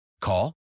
Call